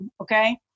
okay